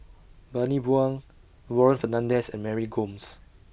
Bani Buang Warren Fernandez and Mary Gomes